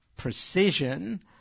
precision